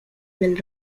del